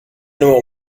nuevo